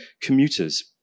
commuters